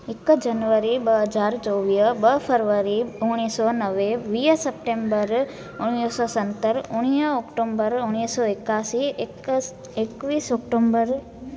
हिकु जनवरी ॿ हज़ार चोवीह ॿ फरवरी उणिवीह सौ नवे वीह सेप्टेम्बर उणिवीह सौ सतरि उणिवीह अक्टूबर उणिवीह सौ इकासी इकसि एक्वीह सेप्टेम्बर